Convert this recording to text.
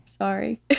sorry